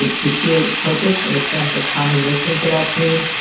to create purpose, and a sense of common mission for that team.